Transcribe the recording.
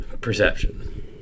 perception